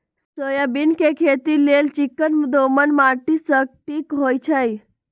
soybean के खेती लेल चिक्कन दोमट माटि सटिक होइ छइ